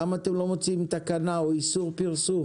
למה אתם לא מוציאים תקנה או איסור פרסום?